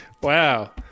Wow